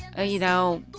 ah you know,